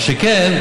מה שכן,